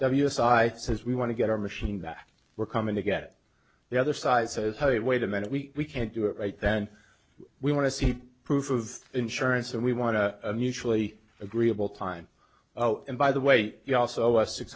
client side says we want to get our machine that we're coming to get the other side says hey wait a minute we can't do it right then we want to see proof of insurance and we want a mutually agreeable time oh and by the way you also are six